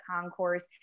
concourse